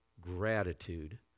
gratitude